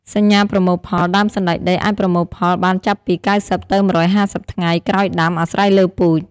សញ្ញាប្រមូលផល ដើមសណ្ដែកដីអាចប្រមូលផលបានចាប់ពី ៩០ ទៅ ១៥០ ថ្ងៃក្រោយដាំ អាស្រ័យលើពូជ។